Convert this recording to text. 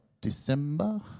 December